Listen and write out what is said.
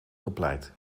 gepleit